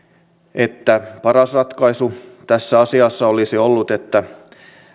että paras ratkaisu tässä asiassa olisi ollut että